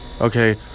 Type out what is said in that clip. Okay